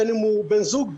בין אם הוא משהו אחר.